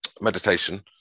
meditation